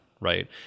right